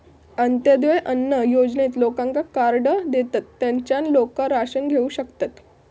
अंत्योदय अन्न योजनेत लोकांका कार्डा देतत, तेच्यान लोका राशन घेऊ शकतत